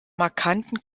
markanten